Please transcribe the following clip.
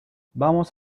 vamos